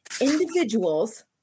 Individuals